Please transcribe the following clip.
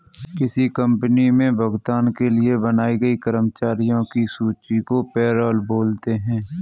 किसी कंपनी मे भुगतान के लिए बनाई गई कर्मचारियों की सूची को पैरोल बोलते हैं